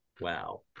Wow